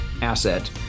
asset